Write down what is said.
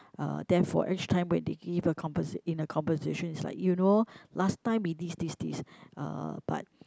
uh therefore each time when they give a conver~ in a conversation is like you know last time we this this this uh but